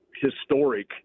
historic